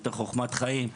יותר חכמת חיים,